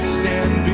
stand